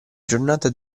giornata